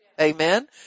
Amen